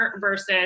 versus